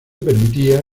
permitía